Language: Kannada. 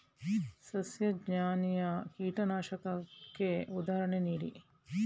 ಸಸ್ಯಜನ್ಯ ಕೀಟನಾಶಕಕ್ಕೆ ಉದಾಹರಣೆ ನೀಡಿ?